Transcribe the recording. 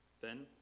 Then